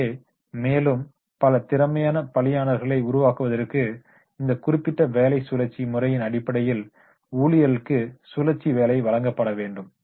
எனவே மேலும் பல திறமையான பணியாளர்களை உருவாக்குவதற்கு இந்த குறிப்பிட்ட வேலை சுழற்சி முறையின் அடிப்படையில் ஊழியர்களுக்கு சுழற்சி வேலை வழங்கப்படவேண்டும்